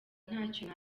ntacyo